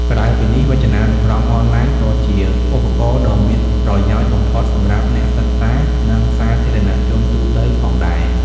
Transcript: ក្រៅពីនេះ វចនានុក្រមអនឡាញ ក៏ជាឧបករណ៍ដ៏មានប្រយោជន៍បំផុតសម្រាប់អ្នកសិក្សា និងសាធារណជនទូទៅផងដែរ។